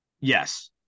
yes